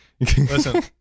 listen